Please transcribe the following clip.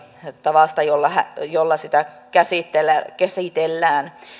tavasta jolla jolla sitä käsitellään